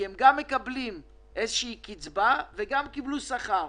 הם גם מקבלים איזו שהיא קצבה וגם שכר.